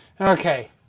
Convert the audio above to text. Okay